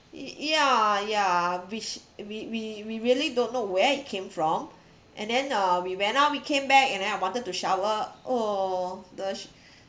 ya ya which we we we really don't know where it came from and then uh we went out we came back and then I wanted to shower oh the sho~